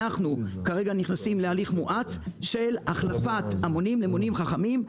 אנחנו נכנסים להליך מואץ של החלפת המונים למונים חכמים.